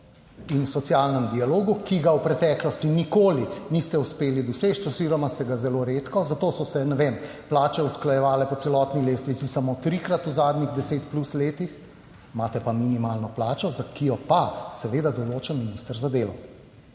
in socialnem dialogu, ki ga v preteklosti nikoli niste uspeli doseči oziroma ste ga zelo redko, zato so se plače usklajevale po celotni lestvici samo trikrat v zadnjih desetih plus letih; imate pa minimalno plačo, ki jo pa seveda določa minister za delo.